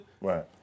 right